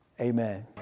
amen